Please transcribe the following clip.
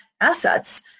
assets